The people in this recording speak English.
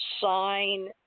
sign